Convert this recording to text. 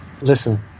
Listen